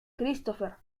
christopher